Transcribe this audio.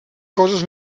coses